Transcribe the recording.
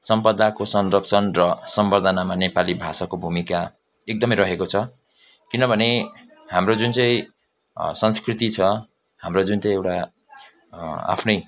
सम्पदाको संरक्षण र सम्बर्द्धनामा नेपाली भाषाको भूमिका एकदमै रहेको छ किनभने हाम्रो जुन चाहिँ संस्कृति छ हाम्रो जुन चाहिँ एउटा आफ्नै